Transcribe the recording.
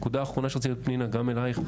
נקודה אחרונה שרציתי להעלות פנינה, גם אלייך,